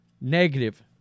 Negative